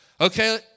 okay